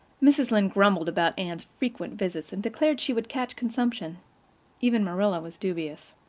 mrs. lynde grumbled about anne's frequent visits, and declared she would catch consumption even marilla was dubious.